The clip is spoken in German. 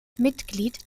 mitglied